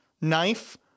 knife